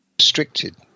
restricted